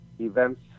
events